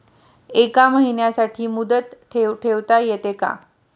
एका महिन्यासाठी मुदत ठेव ठेवता येते का?